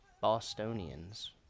Bostonians